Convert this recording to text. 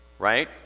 right